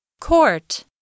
Court